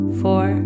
four